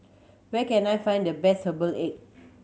where can I find the best herbal egg